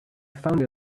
found